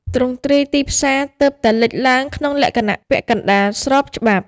ទ្រង់ទ្រាយទីផ្សារទើបតែលេចឡើងក្នុងលក្ខណៈពាក់កណ្តាលស្របច្បាប់។